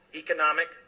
economic